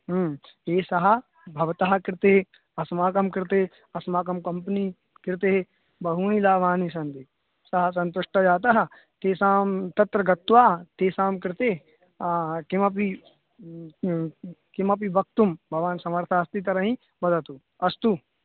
एषः भवतः कृते अस्माकं कृते अस्माकं कम्पनि कृते बहूनि लाभानि सन्ति सः सन्तुष्टः जातः तेषां तत्र गत्वा तेषां कृते किमपि किमपि वक्तुं भवान् समर्थः अस्ति तर्हि वदतु अस्तु